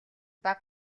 бага